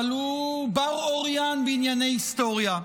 אבל הוא בר-אוריין בענייני היסטוריה.